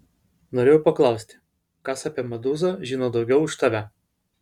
norėjau paklausti kas apie medūzą žino daugiau už tave